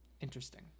Interesting